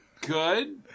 good